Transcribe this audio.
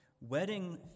wedding